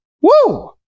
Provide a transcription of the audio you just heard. Woo